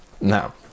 Now